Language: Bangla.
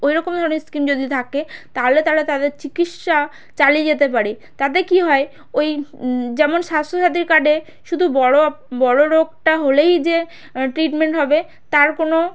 ওই রকম ধরনের স্কিম যদি থাকে তাহলে তারা তাদের চিকিৎসা চালিয়ে যেতে পারে তাতে কী হয় ওই যেমন স্বাস্থ্যসাথীর কার্ডে শুধু বড়ো বড়ো রোগটা হলেই যে ট্রিটমেন্ট হবে তার কোনো